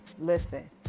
listen